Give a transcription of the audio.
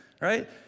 right